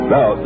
Now